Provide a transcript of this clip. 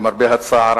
למרבה הצער,